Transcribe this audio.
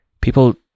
people